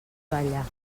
balla